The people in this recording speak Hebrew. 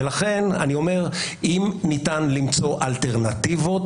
לכן אני אומר שאם ניתן למצוא אלטרנטיבות,